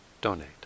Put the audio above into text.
donate